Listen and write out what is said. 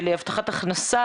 של הבטחת הכנסה,